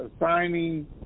assigning